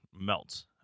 melts